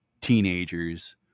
teenagers